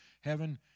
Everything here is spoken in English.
heaven